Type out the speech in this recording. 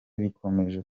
bikomeje